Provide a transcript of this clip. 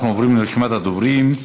אנחנו עוברים לרשימת הדוברים.